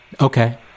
Okay